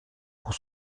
pour